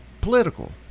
political